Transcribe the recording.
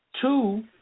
Two